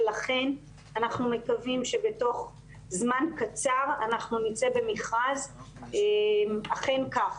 ולכן אנחנו מקווים שבתוך זמן קצר אנחנו נצא במכרז אכן כך.